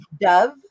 Dove